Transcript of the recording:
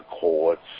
courts